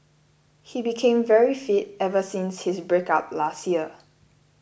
he became very fit ever since his breakup last year